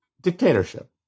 dictatorship